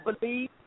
believe